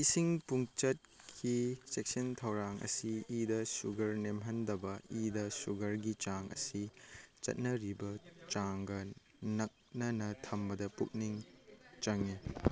ꯏꯁꯤꯡ ꯄꯨꯡꯆꯠꯀꯤ ꯆꯦꯛꯁꯤꯟ ꯊꯧꯔꯥꯡ ꯑꯁꯤ ꯏꯗ ꯁꯨꯒꯔ ꯅꯦꯝꯍꯟꯗꯕ ꯏꯗ ꯁꯤꯒꯔꯒꯤ ꯆꯥꯡ ꯑꯁꯤ ꯆꯠꯅꯔꯤꯕ ꯆꯥꯡꯒ ꯅꯛꯅꯅ ꯊꯝꯕꯗ ꯄꯨꯛꯅꯤꯡ ꯆꯪꯉꯦ